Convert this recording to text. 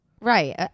Right